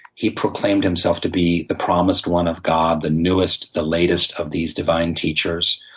he proclaimed himself to be the promised one of god, the newest, the latest of these divine teachers.